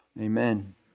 Amen